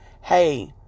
Hey